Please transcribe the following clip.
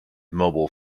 mobile